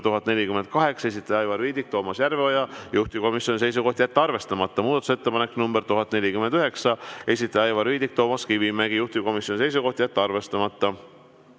1048, esitajad Aivar Viidik ja Toomas Järveoja, juhtivkomisjoni seisukoht: jätta arvestamata. Muudatusettepanek nr 1049, esitajad Aivar Viidik ja Toomas Kivimägi, juhtivkomisjoni seisukoht: jätta arvestamata.